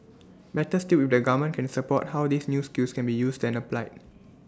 better still if the government can support how these new skills can be used and applied